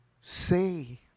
say